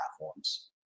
platforms